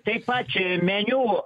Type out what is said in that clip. taip pat čia meniu